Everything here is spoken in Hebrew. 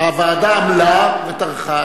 הוועדה עמלה וטרחה,